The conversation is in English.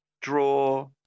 draw